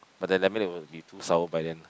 but the lemonade will be too sour by then